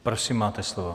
Prosím, máte slovo.